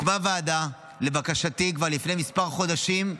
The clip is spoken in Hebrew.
לבקשתי, הוקמה ועדה כבר לפני כמה חודשים,